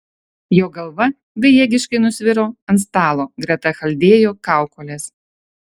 jo galva bejėgiškai nusviro ant stalo greta chaldėjo kaukolės